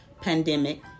pandemic